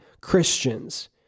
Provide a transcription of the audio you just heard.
Christians